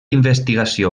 investigació